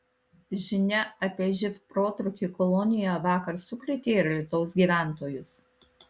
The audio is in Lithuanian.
žinia apie živ protrūkį kolonijoje vakar sukrėtė ir alytaus gyventojus